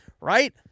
right